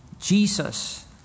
Jesus